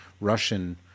Russian